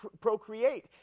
procreate